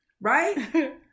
Right